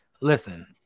Listen